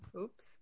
Oops